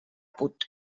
put